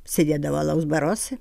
sėdėdavo alaus baruose